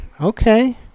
Okay